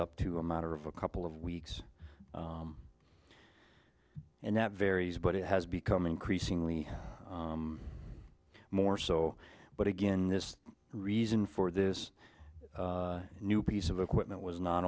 up to a matter of a couple of weeks and that varies but it has become increasingly more so but again this reason for this new piece of equipment was not